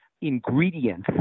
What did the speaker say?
ingredients